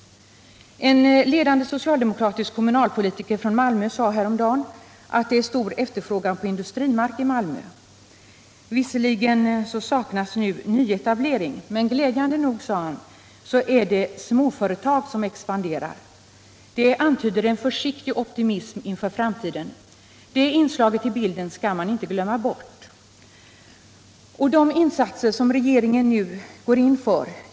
En ledande socialdemokratisk kommunalpolitiker i Malmö sade häromdagen att det är stor efterfrågan på industrimark i Malmö. Visserligen saknas nu nyetablering. Men glädjande nog, sade han, är det småföretag som expanderar. Det antyder en försiktig optimism inför framtiden. Det inslaget i bilden skall man inte glömma bort. De insatser som regeringen nu går in för t. ex .